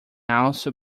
also